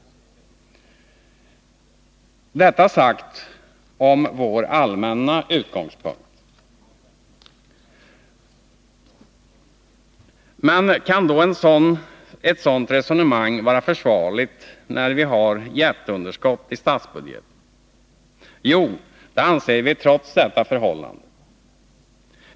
Detta gäller vår allmänna utgångspunkt. Men kan då ett sådant resonemang vara försvarligt när vi har ett jätteunderskott i statsbudgeten? Jo, det anser vi, trots detta förhållande.